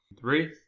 Three